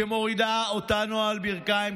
שמורידה אותנו על ברכיים",